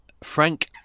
frank